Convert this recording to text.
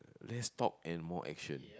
less talk and more action